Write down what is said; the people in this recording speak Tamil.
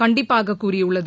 கண்டிப்பாக கூறியுள்ளது